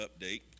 update